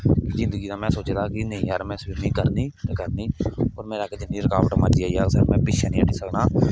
जिंगदी दा में सोचे दा कि नेई यार में स्बिमिंग करनी ते करनी औऱ मेरा अग्गै जिन्नी बी रकावट मर्जी आई जाह्ग में पिच्छे नेईं हटी सकना